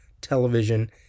television